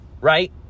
right